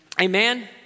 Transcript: Amen